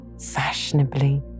fashionably